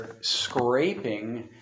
scraping